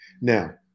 Now